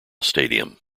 stadium